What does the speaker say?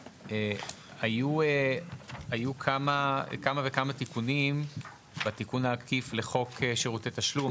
היו כמה וכמה תיקונים בתיקון העקיף לחוק שירותי תשלום,